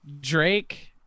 Drake